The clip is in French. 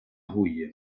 rouille